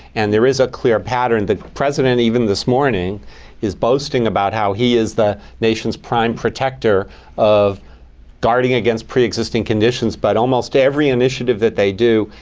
and there is a clear pattern the president even this morning is boasting about how he is the nation's prime protector of guarding against pre-existing conditions. but almost every initiative that they do,